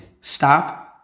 Stop